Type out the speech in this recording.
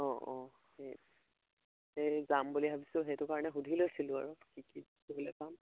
অঁ অঁ সেই এই যাম বুলি ভাবিছোঁ সেইটো কাৰণে সুধি লৈছিলোঁ আৰু কি দেখিবলৈ পাম